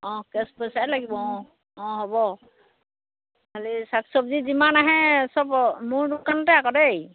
অঁ কেছ পইচাই লাগিব অঁ অঁ হ'ব খালী শাক চব্জি যিমান আহে সব মোৰ দোকানতে আকৌ দেই